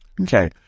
Okay